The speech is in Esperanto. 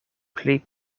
pli